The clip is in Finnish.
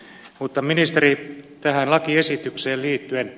mutta ministeri tähän lakiesitykseen liittyen